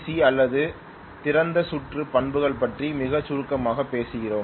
C அல்லது திறந்த சுற்று பண்புகள் பற்றி மிகச் சுருக்கமாகப் பேசுகிறோம்